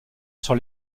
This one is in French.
sur